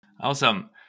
Awesome